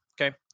okay